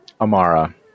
Amara